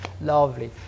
Lovely